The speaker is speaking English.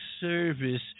service